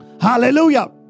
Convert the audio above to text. Hallelujah